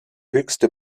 höchste